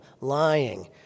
lying